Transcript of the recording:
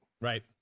Right